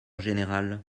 général